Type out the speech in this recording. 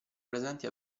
presenti